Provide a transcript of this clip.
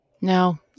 no